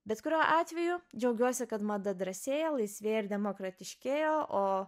bet kuriuo atveju džiaugiuosi kad mada drąsėja laisvėja ir demokratiškėja o